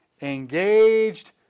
engaged